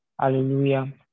Hallelujah